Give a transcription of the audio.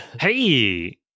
hey